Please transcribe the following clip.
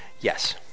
Yes